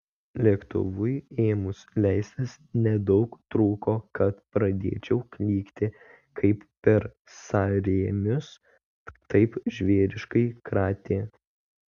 lėktuvui ėmus leistis nedaug trūko kad pradėčiau klykti kaip per sąrėmius taip žvėriškai kratė